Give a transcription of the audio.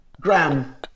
Graham